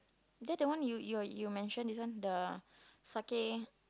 that the one you you're you mention is the one the sakae